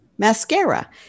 mascara